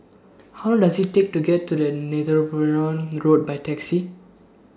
How Long Does IT Take to get to Netheravon Road By Taxi